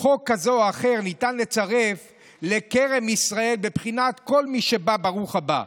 חוק כזה או אחר ניתן לצרף לכרם ישראל בבחינת כל מי שבא ברוך הבא.